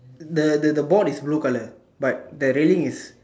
the the the ball is blue color but the railing is